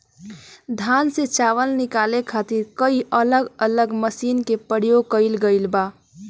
धान से चावल निकाले खातिर कई अलग अलग मशीन के प्रयोग कईल गईल बा